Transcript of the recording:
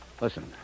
Listen